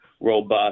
robust